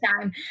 time